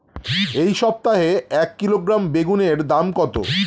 এই সপ্তাহে এক কিলোগ্রাম বেগুন এর দাম কত?